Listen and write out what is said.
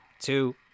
two